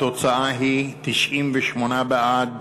התוצאה היא: 98 בעד,